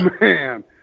man